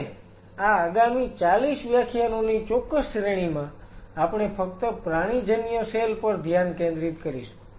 અને આ આગામી 40 વ્યાખ્યાનોની ચોક્કસ શ્રેણીમાં આપણે ફક્ત પ્રાણીજન્ય સેલ પર ધ્યાન કેન્દ્રિત કરીશું